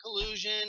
collusion